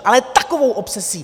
Ale takovou obsesí!